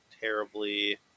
terribly